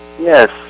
Yes